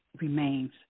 remains